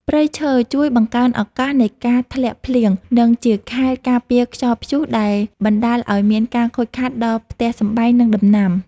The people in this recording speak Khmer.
ព្រៃឈើជួយបង្កើនឱកាសនៃការធ្លាក់ភ្លៀង និងជាខែលការពារខ្យល់ព្យុះដែលបណ្តាលឱ្យមានការខូចខាតដល់ផ្ទះសម្បែង និងដំណាំ។